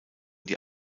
die